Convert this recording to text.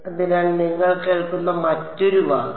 അതിനാൽ നിങ്ങൾ കേൾക്കുന്ന മറ്റൊരു വാക്ക്